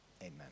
Amen